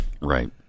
right